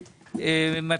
שלום.